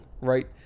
right